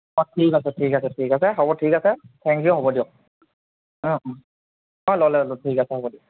অঁ ঠিক আছে ঠিক আছে ঠিক আছে হ'ব ঠিক আছে থ্যেংক ইউ হ'ব দিয়ক অঁ অঁ ল'লে ঠিক আছে হ'ব দিয়ক